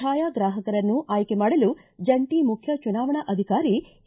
ಭಾಯಾಗಾಹಕರನ್ನು ಆಯ್ಕೆ ಮಾಡಲು ಜಂಟ ಮುಖ್ಯ ಚುನಾವಣಾಧಿಕಾರಿ ಎ